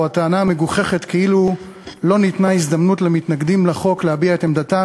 או הטענה המגוחכת כאילו לא ניתנה הזדמנות למתנגדים לחוק להביע את עמדתם,